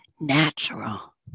natural